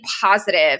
positive